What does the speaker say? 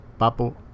Papo